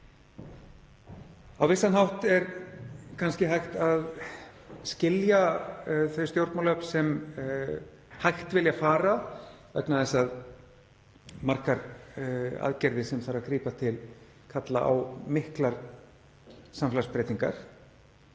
Á vissan hátt er kannski hægt að skilja þau stjórnmálaöfl sem hægt vilja fara vegna þess að margar aðgerðir sem þarf að grípa til kalla á miklar samfélagsbreytingar,